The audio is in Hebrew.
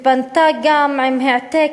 ופנתה גם עם העתק,